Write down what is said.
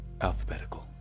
alphabetical